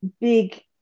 big